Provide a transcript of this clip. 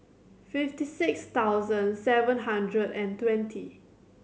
fifty six thousand seven hundred and twenty